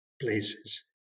places